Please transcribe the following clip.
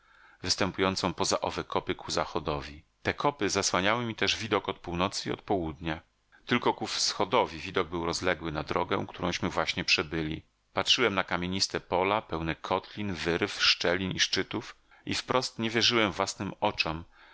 występującą poza owe kopy ku zachodowi te kopy zasłaniały mi też widok od północy i od południa tylko ku wschodowi widok był rozległy na drogę którąśmy właśnie przebyli patrzyłem na kamieniste pola pełne kotlin wyrw szczelin i szczytów i wprost nie wierzyłem własnym oczom